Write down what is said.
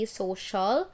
social